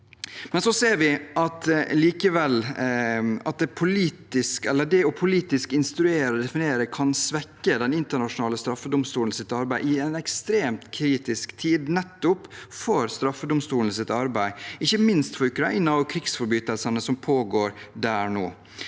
Likevel ser vi at det politisk å instruere og definere kan svekke den internasjonale straffedomstolens arbeid i en ekstremt kritisk tid nettopp for straffedomstolens arbeid, ikke minst for Ukraina og krigsforbrytelsene som pågår der nå.